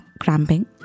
cramping